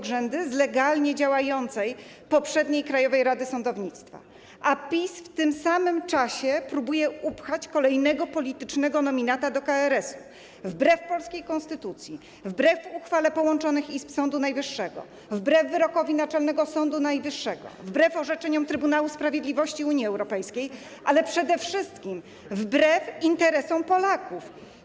Grzędy z legalnie działającej poprzedniej Krajowej Rady Sądownictwa, a PiS w tym samym czasie próbuje upchać kolejnego politycznego nominata do KRS-u wbrew polskiej konstytucji, wbrew uchwale połączonych izb Sądu Najwyższego, wbrew wyrokowi Naczelnego Sądu Administracyjnego, wbrew orzeczeniom Trybunału Sprawiedliwości Unii Europejskiej, ale przede wszystkim wbrew interesom Polaków.